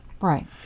Right